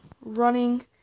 running